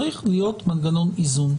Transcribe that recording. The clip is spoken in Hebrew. צריך להיות מנגנון איזון.